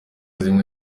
zimwe